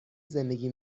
زندگی